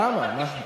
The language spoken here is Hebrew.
לא מרגישים.